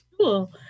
cool